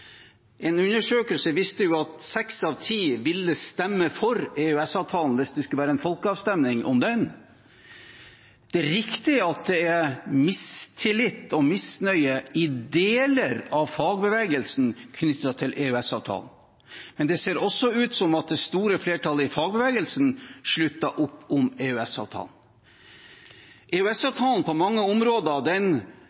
En undersøkelse viste at seks av ti ville stemme for EØS-avtalen hvis det skulle bli en folkeavstemning om den. Det er riktig at det er mistillit og misnøye i deler av fagbevegelsen knyttet til EØS-avtalen, men det ser også ut som det store flertallet i fagbevegelsen slutter opp om